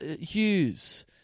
Hughes